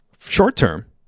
short-term